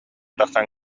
тахсан